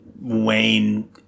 wayne